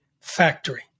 factory